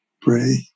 pray